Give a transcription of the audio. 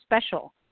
special